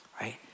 right